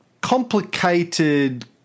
complicated